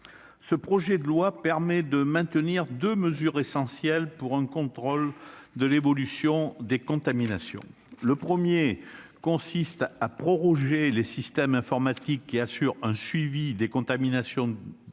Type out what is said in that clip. Le projet de loi permet de maintenir deux mesures essentielles pour un contrôle de l'évolution des contaminations. La première, qui a été conservée, consiste à proroger les systèmes informatiques qui assurent un suivi des contaminations